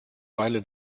weile